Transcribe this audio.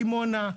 דימונה,